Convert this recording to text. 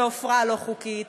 ועפרה לא-חוקית,